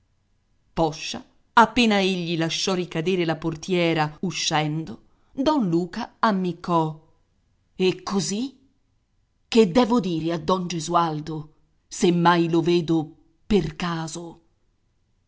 poscia appena egli lasciò ricadere la portiera uscendo don luca ammiccò e così che devo dire a don gesualdo se mai lo vedo per caso